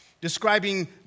describing